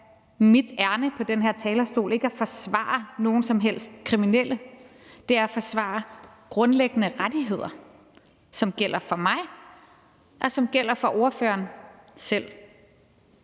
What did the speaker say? mit ærinde på den her talerstol ikke at forsvare nogen som helst kriminelle. Det er at forsvare grundlæggende rettigheder, som gælder for mig, og som gælder for ordføreren selv.